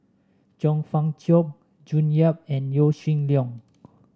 Chong Fah Cheong June Yap and Yaw Shin Leong